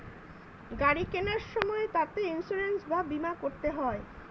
গাড়ি কেনার সময় তাতে ইন্সুরেন্স বা বীমা করতে হয়